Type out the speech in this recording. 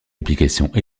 applications